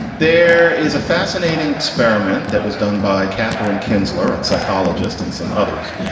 there is a fascinating experiment that was done by katherine kinzler, a psychologist and some others,